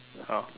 ah